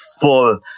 full